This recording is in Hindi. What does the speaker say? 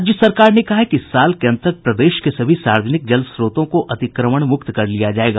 राज्य सरकार ने कहा है कि इस साल के अंत तक प्रदेश के सभी सार्वजनिक जल स्त्रोतों को अतिक्रमण मुक्त कर लिया जायेगा